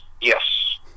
yes